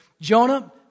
Jonah